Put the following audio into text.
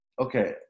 okay